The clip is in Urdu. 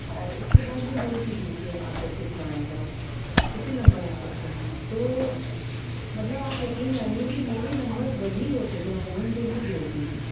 اور اس کے بعد میں جوڑتی تھی کہ آ کر کتنا آئے گا کتنے نمبر آ سکتے ہیں تو مطلب آپ یقین جانیے کہ میرے نمبر وہی ہوتے تھے عموماً جو میں جوڑتی تھی